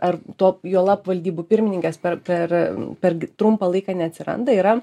ar to juolab valdybų pirmininkės per per per trumpą laiką neatsiranda yra